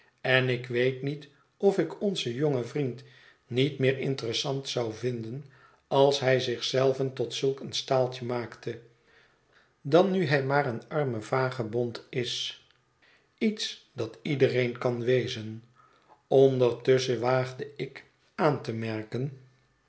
en ik weet niet of ik onzen jongen vriend niet meer interessant zou vinden als hij zich zelven tot zulk een staaltje maakte dan nu hij maar een arme vagebond is iets dat iedereen kan wezen ondertusschen waagde ik aan te merken